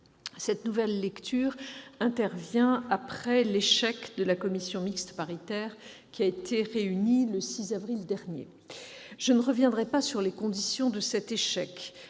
Cette nouvelle lecture intervient après l'échec de la commission mixte paritaire qui s'est réunie le 6 avril dernier. Je ne reviendrai pas sur les conditions de cet échec.